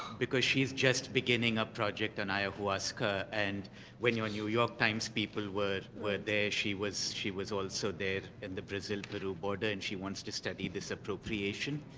because she is just beginning a project on iowaska. and when your new york times people were were there, she was she was also there in the brazil-peru border. and she wants to study this appropriation.